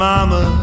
mama